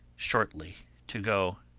shortly to go